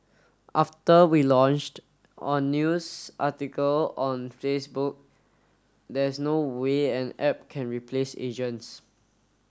after we launched on news article on Facebook there's no way an app can replace agents